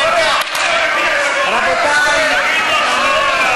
זה הרגע,